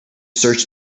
search